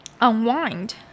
unwind